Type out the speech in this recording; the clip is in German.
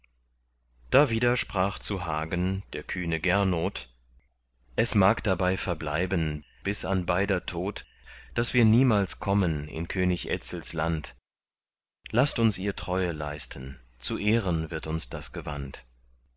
dawider sprach zu hagen der kühne gernot es mag dabei verbleiben bis an beider tod daß wir niemals kommen in könig etzels land laßt uns ihr treue leisten zu ehren wird uns das gewandt